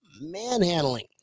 manhandling